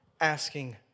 asking